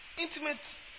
Intimate